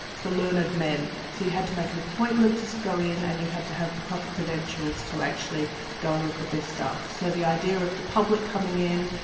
for learned men, so you had to make an appointment to go in and you had to have the proper credentials to actually go look at this stuff, so the idea of the public coming in,